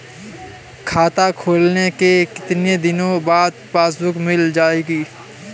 खाता खोलने के कितनी दिनो बाद पासबुक मिल जाएगी?